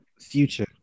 Future